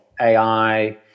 AI